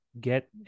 get